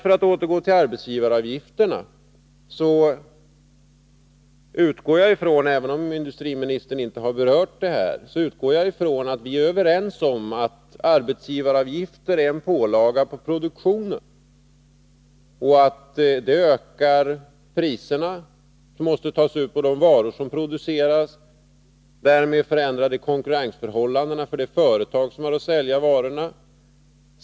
För att återgå till arbetsgivaravgifterna utgår jag ifrån — även om industriministern här inte berört det — att vi är överens om att arbetsgivaravgifter är en pålaga på produktionen och att de ökar de priser som måste tas ut på de producerade varorna. Därmed förändras konkurrensförhållandena för de företag som har att sälja varorna.